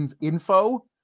info